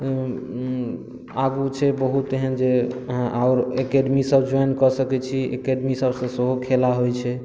आगू छै बहुत एहन जे अहाँ आओर एकेडमी सभ जोवाइन एकेडमी सभसँ सेहो खेला होइत छै